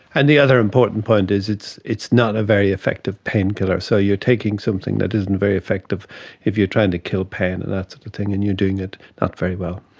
and the other important point is it's it's not a very effective painkiller. so you're taking something that isn't very effective if you're trying to kill pain and that sort of thing and you're doing it not very well.